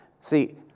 See